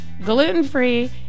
gluten-free